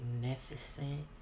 magnificent